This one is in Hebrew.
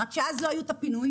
רק שאז לא היו את הפינויים,